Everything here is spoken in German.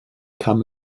kam